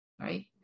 Right